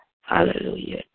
hallelujah